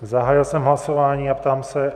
Zahájil jsem hlasování a ptám se...